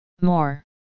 more